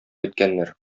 иткәннәр